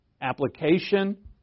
application